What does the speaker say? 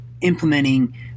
implementing